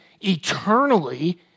eternally